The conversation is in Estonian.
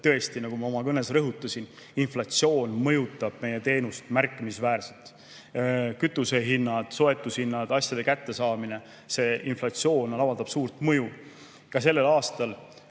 tõesti, nagu ma oma kõnes rõhutasin, inflatsioon mõjutab meie teenust märkimisväärselt. Kütusehinnad, soetushinnad, asjade kättesaamine – inflatsioon avaldab suurt mõju. Ka selleks aastaks